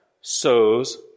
sows